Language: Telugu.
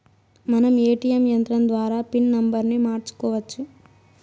మనం ఏ.టీ.యం యంత్రం ద్వారా పిన్ నంబర్ని మార్చుకోవచ్చు